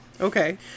Okay